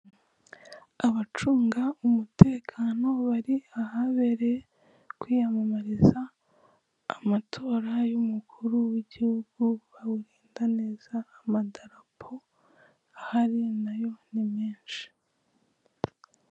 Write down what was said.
Abacunga umuteka bari ahabereye kwiyamamariza amatora y'umukuru w'igihugu, bamurinda neza, amadarapo ahari nayo ni menshi.